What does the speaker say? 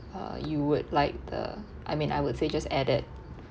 uh you would like the I mean I would say just added